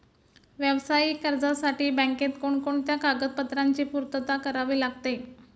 व्यावसायिक कर्जासाठी बँकेत कोणकोणत्या कागदपत्रांची पूर्तता करावी लागते?